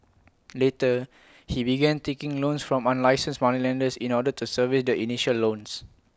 later he began taking loans from unlicensed moneylenders in order to service the initial loans